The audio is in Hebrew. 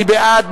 מי בעד?